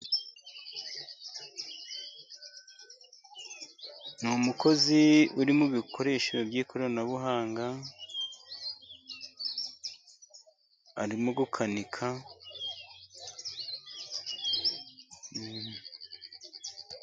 Ni umukozi uri mu bikoresho by'ikoranabuhanga, arimo gukanika.